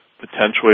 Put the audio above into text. potentially